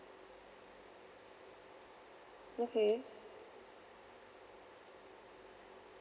okay